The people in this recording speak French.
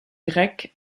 grecques